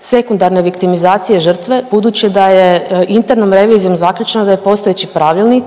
sekundarne viktimizacije žrtve budući da je internom revizijom zaključeno da je postojeći pravilnik